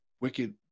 wicked